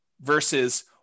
versus